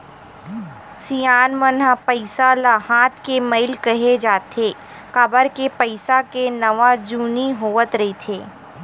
सियान मन ह पइसा ल हाथ के मइल केहें जाथे, काबर के पइसा के नवा जुनी होवत रहिथे